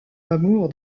amour